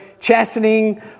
chastening